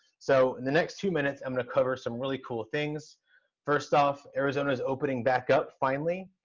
so in the next few minutes i'm going to cover some really cool things first off, arizona is opening back up, finally,